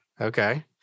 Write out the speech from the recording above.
Okay